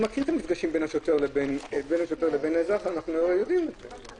11:31.